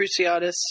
cruciatus